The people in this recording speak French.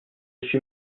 suis